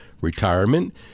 retirement